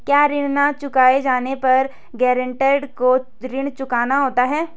क्या ऋण न चुकाए जाने पर गरेंटर को ऋण चुकाना होता है?